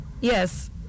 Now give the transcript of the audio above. Yes